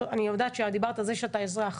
אני יודעת שאת דיברת על זה שאתה אזרח,